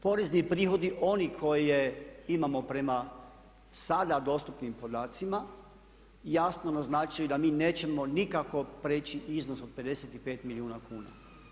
Porezni prihodi onih koje imamo prema sada dostupnim podacima jasno naznačuju da mi nećemo nikako preći iznos od 55 milijuna kuna.